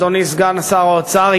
אדוני סגן שר האוצר,